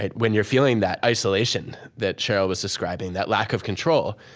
when you're feeling that isolation that sheryl was describing, that lack of control,